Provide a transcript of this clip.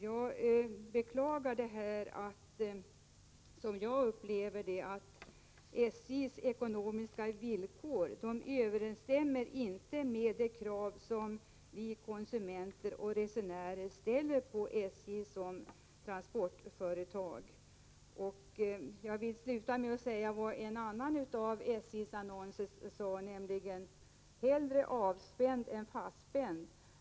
Jag beklagar att SJ:s ekonomiska villkor inte överensstämmer med de krav som vi konsumenter och resenärer ställer på SJ som transportföretag. Jag vill sluta med att citera en annan av SJ:s annonser, nämligen ”Hellre avspänd än fastspänd”.